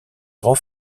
grand